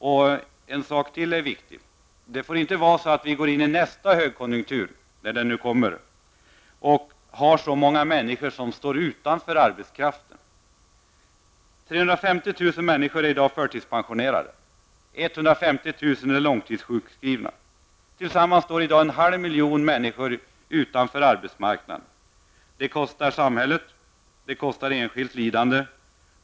En annan sak som är viktig är att vi inte går in i nästa högkonjunktur, när den nu kommer, med många människor som står utanför arbetsmarknaden. 350 000 människor är i dag förtidspensionerade. 150 000 är långtidssjukskrivna. Tillsammans står i dag en halv miljon människor utanför arbetsmarknaden. Det kostar samhället mycket, och det kostar enskilt lidande.